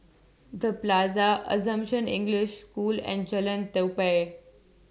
The Plaza Assumption English School and Jalan Tupai